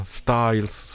styles